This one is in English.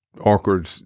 awkward